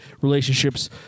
relationships